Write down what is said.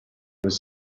was